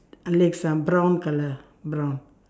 legs ah brown colour brown